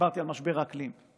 דיברתי על משבר האקלים,